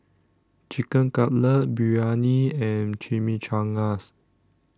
Chicken Cutlet Biryani and Chimichangas